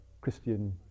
Christian